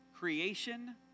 Creation